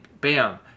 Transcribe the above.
bam